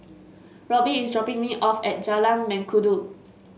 Roby is dropping me off at Jalan Mengkudu